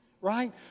right